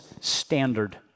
standard